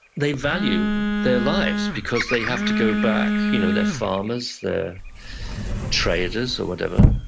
they value their lives because they have to go back. you know they're farmers, they're traders or whatever.